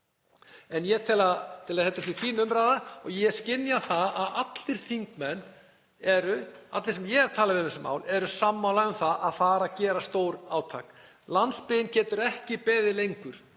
tel að til að þetta sé fín umræða og ég skynja það að allir þingmenn sem ég hef talað við um þessi mál séu sammála um að fara að gera stórátak. Landsbyggðin getur ekki beðið lengur.